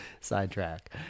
sidetrack